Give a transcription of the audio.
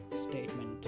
statement